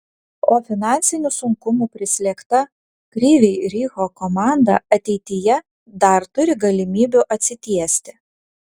o finansinių sunkumų prislėgta kryvyj riho komanda ateityje dar turi galimybių atsitiesti